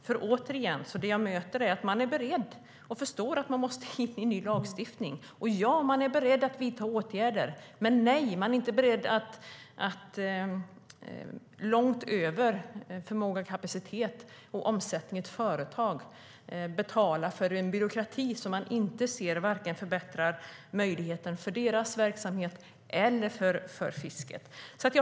Företagen är beredda och förstår att de måste hantera ny lagstiftning, och de är beredda att vidta åtgärder, men de är inte beredda att långt över förmåga, kapacitet och omsättning i företagen betala för en byråkrati som de inte ser förbättrar möjligheterna för deras verksamheter eller för fisket.